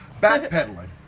backpedaling